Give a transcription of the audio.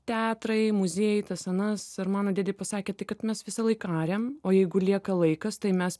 teatrai muziejai tas anas ir mano dėdė pasakė kad mes visąlaik ariam o jeigu lieka laikas tai mes